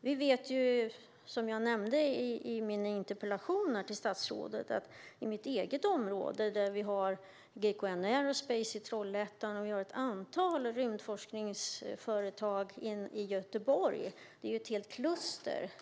Vi vet, som jag nämnde i min interpellation till statsrådet, hur det är i mitt eget område. Där har vi GKN Aerospace i Trollhättan och ett antal rymdforskningsföretag i Göteborg. Det är ett helt kluster.